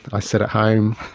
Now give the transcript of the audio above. but i sit at home,